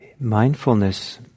mindfulness